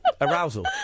arousal